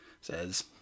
says